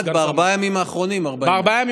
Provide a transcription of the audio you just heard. רק בארבעה ימים האחרונים 40,000. בארבעה ימים